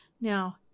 Now